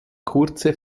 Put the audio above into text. kurze